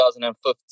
2015